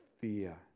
fear